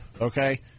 Okay